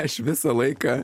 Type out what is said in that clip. aš visą laiką